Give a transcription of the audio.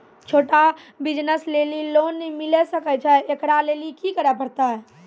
छोटा बिज़नस लेली लोन मिले सकय छै? एकरा लेली की करै परतै